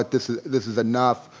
what? this is this is enough,